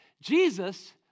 Jesus